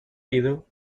ido